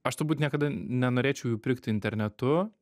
aš turbūt niekada nenorėčiau jų pirkti internetu